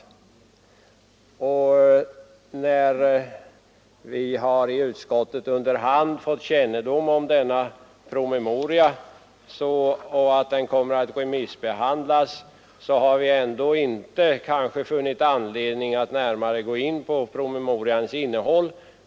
När vi i utskottet under hand har fått kännedom om detta har vi inte funnit anledning att närmare gå in på promemorians innehåll.